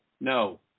No